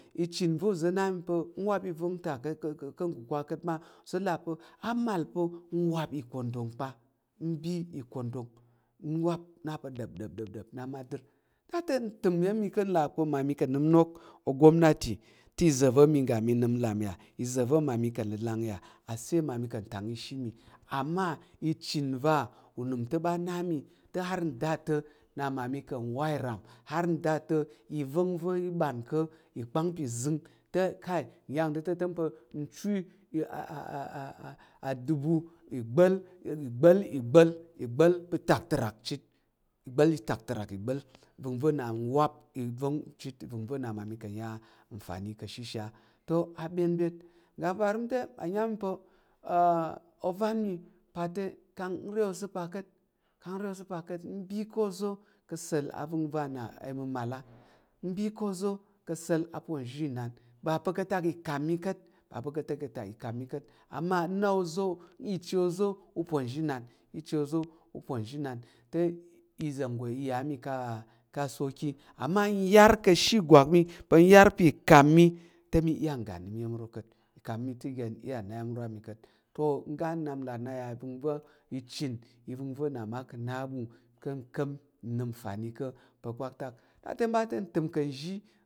Ichen va̱ uza̱ na mi pa̱ nwap ivang ta ka̱ nkwakwa ka̱t ma uza̱ là pa̱ amal pa̱ nwap ikondon pa̱ u ɓa ikondon ma nwap na pa̱ dəpdəp dəp na ma ka̱t te, ntəm iya̱m mi ka̱ nlà pa̱ mmami ka̱ nəm inok ogumnati te iza̱ va̱ mi ga nənəm ka̱ ya iza̱ va̱ ma mi ka̱ le kang ya asa̱l mmami ka̱ tang ishi mi ama ichen va̱ unəm ta̱ ɓa na mi te har nda to mi ka̱ wa ram har nda ta̱ ivəngva̱ i ɓan ko ipang pa̱ zəng te kai nya to te mpa ichu adubu iɓel, ibəl, ibəl ibəl pa̱ tak tarok chit ibəl itak te rak ibal uvəngva̱ na nwap iveng chit avəngva̱ na mmami ka̱ ta nfani ka̱ she te a byen ngga parəm te a nyang pa̱ ovan mi pate ka̱ nre oza̱ pa ka̱t ka̱ nre oza̱ pa̱ ka̱t u ɓa ko nza̱ ka̱ set avəngva̱ na mi mal a nbi ko oza̱ ka̱ asa̱l aponzhinan ɓa pa̱ ka̱ tak ikam na ka̱t ɓa pa̱ ka̱ atak i kam ka̱t ama. Nna oza̱ nyi chi oza̱ uponzhinan oza̱ nyi chi uponzhinan te iza̱ nggo iya ami ka̱ so ka̱ ama yar ka̱ she igwak wo iya̱m ro ka̱t ikam mi te i iya na yam ro a mi ka̱t to ngga nnap la nal vəngva̱ ichen ivəngva̱ na ma ka̱ na ɓu ka̱ kam nəm nfani ko pa̱ kpaktak na ta byet n təm ka̱ nzhi.